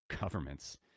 governments